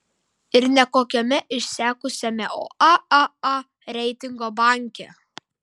ir ne kokiame išsekusiame o aaa reitingo banke